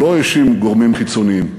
הוא לא האשים גורמים חיצוניים,